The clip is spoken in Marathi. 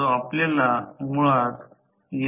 परंतु जर हे सोपे भार असेल तर काहीही दिले जात नाही